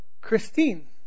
Christine